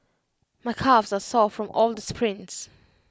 my calves are sore from all the sprints